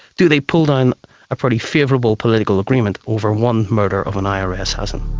do they pull down a pretty favourable political agreement over one murder of an ira assassin?